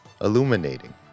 illuminating